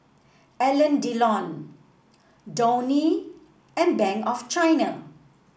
Alain Delon Downy and Bank of China